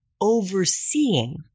overseeing